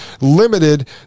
limited